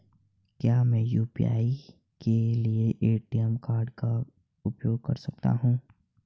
क्या मैं यू.पी.आई के लिए ए.टी.एम कार्ड का उपयोग कर सकता हूँ?